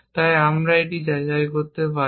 তাই আমরা এটি যাচাই করতে পারি